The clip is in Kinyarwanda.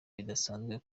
bidasanzwe